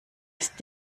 ist